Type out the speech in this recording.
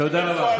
תודה רבה.